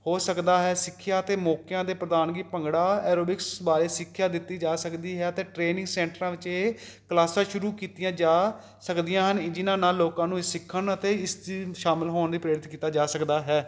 ਹੋ ਸਕਦਾ ਹੈ ਸਿੱਖਿਆ ਦੇ ਮੌਕਿਆਂ ਦੇ ਪ੍ਰਧਾਨਗੀ ਭੰਗੜਾ ਐਰੋਬਿਕਸ ਬਾਰੇ ਸਿੱਖਿਆ ਦਿੱਤੀ ਜਾ ਸਕਦੀ ਹੈ ਅਤੇ ਟ੍ਰੇਨਿੰਗ ਸੈਂਟਰਾਂ ਵਿੱਚ ਇਹ ਕਲਾਸਾਂ ਸ਼ੁਰੂ ਕੀਤੀਆਂ ਜਾ ਸਕਦੀਆਂ ਹਨ ਜਿਹਨਾਂ ਨਾਲ ਲੋਕਾਂ ਨੂੰ ਸਿੱਖਣ ਅਤੇ ਇਸ ਚੀਜ਼ ਨੂੰ ਸ਼ਾਮਿਲ ਹੋਣ ਲਈ ਪ੍ਰੇਰਿਤ ਕੀਤਾ ਜਾ ਸਕਦਾ ਹੈ